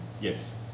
yes